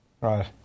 Right